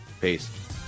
Peace